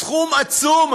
סכום עצום,